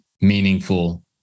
meaningful